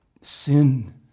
Sin